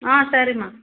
ஆ சரிம்மா